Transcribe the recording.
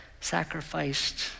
sacrificed